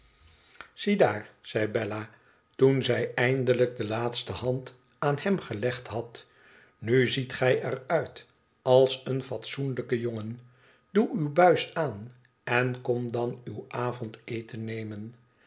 ziedaar zei bella toen zij eindelijk de laatste hand aan hem gelegd had nu ziet gij er uit als een fatsoenlijke jongen doe uw btiis aan en kom dan uw avondeten nemen